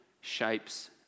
shapes